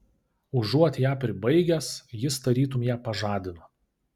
užuot ją pribaigęs jis tarytum ją pažadino